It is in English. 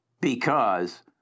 because-